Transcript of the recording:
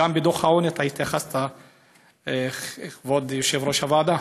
גם בדוח העוני, כבוד יושב-ראש הוועדה,